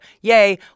Yay